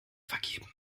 vergeben